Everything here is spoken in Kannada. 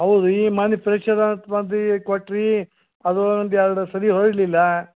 ಹೌದು ರೀ ಮೊನ್ನೆ ಫ್ರೆಶ್ ಅದಾವೆ ಅಂತ ಬಂದ್ವಿ ಕೊಟ್ಟಿರಿ ಅದು ಒಂದು ಎರಡು ಸರಿ ಹೊರಡ್ಲಿಲ್ಲ